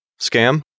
scam